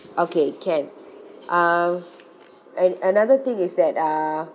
okay can uh and another thing is that uh